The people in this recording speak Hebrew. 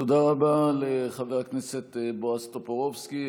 תודה רבה לחבר הכנסת בועז טופורובסקי.